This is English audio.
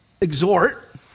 exhort